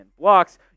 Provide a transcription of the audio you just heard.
blocks